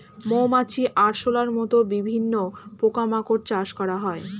মৌমাছি, আরশোলার মত বিভিন্ন পোকা মাকড় চাষ করা হয়